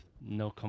no